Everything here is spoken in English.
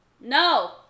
No